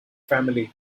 family